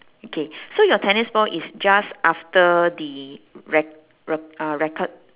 okay so your tennis ball is just after the rack~ rack~ uh racket